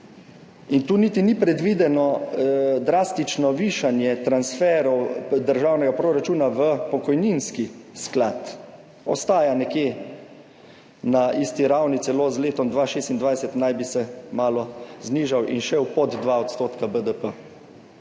in tu niti ni predvideno drastično višanje transferov državnega proračuna v pokojninski sklad, ostaja nekje na isti ravni, celo z letom 2026 naj bi se malo znižal in šel pod 2 % BDP,